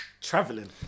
traveling